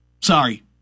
Sorry